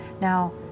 Now